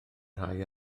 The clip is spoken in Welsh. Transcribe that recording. rhai